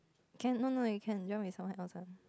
can no no you can jump with someone else ah